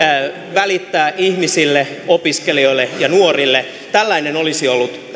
välittää ihmisille opiskelijoille ja nuorille tällainen olisi ollut